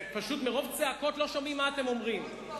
פשוט מרוב צעקות לא שומעים מה אתם אומרים.